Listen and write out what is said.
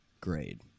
grade